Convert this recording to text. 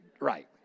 right